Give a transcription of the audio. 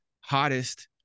hottest